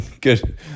good